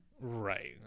right